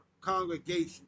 congregation